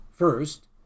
First